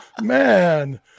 Man